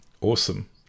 Awesome